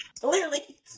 Clearly